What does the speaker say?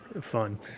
fun